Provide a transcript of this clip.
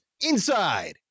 inside